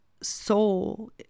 soul